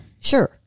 Sure